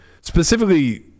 specifically